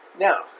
Now